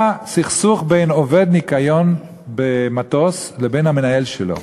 היה סכסוך בין עובד ניקיון במטוס לבין המנהל שלו,